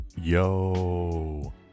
Yo